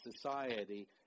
society